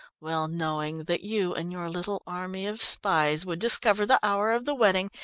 well knowing that you and your little army of spies would discover the hour of the wedding,